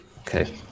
Okay